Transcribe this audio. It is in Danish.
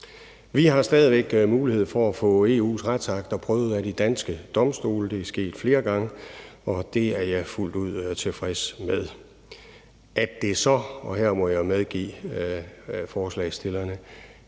Vi har stadig væk mulighed for at få EU's retsakter prøvet af de danske domstole. Det er sket flere gange, og det er jeg fuldt ud tilfreds med. At det så, og det må jeg medgive forslagsstillerne,